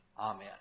Amen